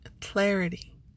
clarity